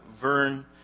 Vern